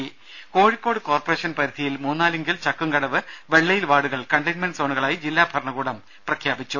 ദേദ കോഴിക്കോട് കോർപ്പറേഷൻ പരിധിയിൽ മൂന്നാലിങ്കൽ ചക്കുംകടവ് വെള്ളയിൽ വാർഡുകൾ കണ്ടെയ്മെന്റ് സോണുകളായി ജില്ലാ ഭരണകൂടം പ്രഖ്യാപിച്ചു